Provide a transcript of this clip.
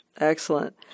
Excellent